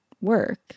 work